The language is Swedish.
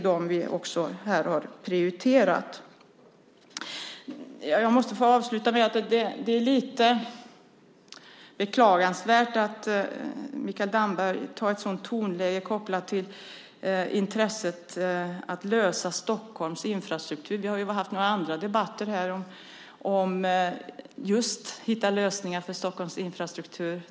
Jag vill avsluta med att säga att det är lite beklagansvärt att Mikael Damberg använder ett sådant tonläge kopplat till intresset av att lösa Stockholms infrastruktur. Vi har ju haft andra debatter här om att hitta lösningar för Stockholms infrastruktur.